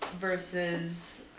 versus